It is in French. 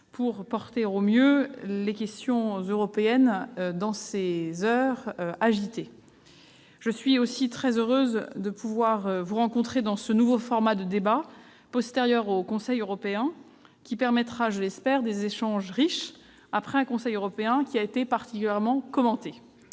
pour porter au mieux les questions européennes dans ces heures agitées. Je suis aussi très heureuse de pouvoir vous rencontrer dans le cadre de ce nouveau format de débat, postérieur au Conseil européen. J'espère que cela permettra des échanges riches, après un Conseil européen qui a été particulièrement commenté.